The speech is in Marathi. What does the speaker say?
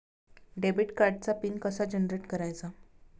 डेबिट कार्डचा पिन कसा जनरेट करायचा?